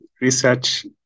research